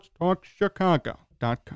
sportstalkchicago.com